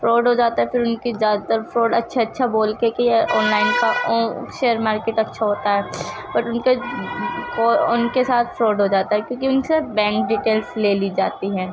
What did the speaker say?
fraud ہو جاتا ہے پھر ان کی زیادہ تر فراڈ اچّھا اچّھا بول کے کہ آن لائن کا شیئر مارکیٹ اچّھا ہوتا ہے بٹ ان کے ساتھ فراڈ ہو جاتا ہے کیونکہ ان سے بینک ڈیٹیلس لے لی جاتی ہے